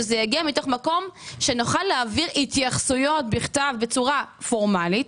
שזה יגיע מתוך מקום שנוכל להעביר התייחסויות בכתב בצורה פורמלית